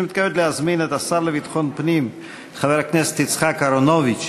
אני מזמין את השר לביטחון פנים חבר הכנסת יצחק אהרונוביץ.